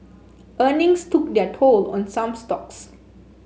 earnings took their toll on some stocks